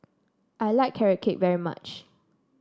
I like Carrot Cake very much